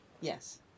Yes